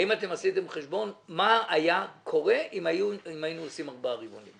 האם אתם עשיתם חשבון מה היה קורה אם היינו עושים ארבעה רבעונים?